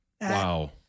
Wow